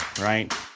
right